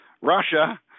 Russia